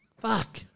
Fuck